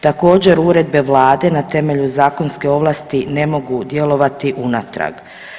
Također uredbe Vlade na temelju zakonske ovlasti ne mogu djelovati unatrag.